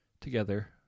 Together